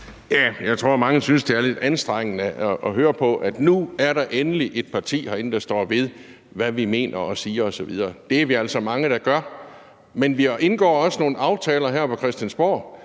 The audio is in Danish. Jeg tror, at mange synes, det er lidt anstrengende at høre på, at nu er der endelig et parti herinde, der står ved, hvad de mener og siger osv. Det er vi altså mange, der gør; men vi indgår også nogle aftaler her på Christiansborg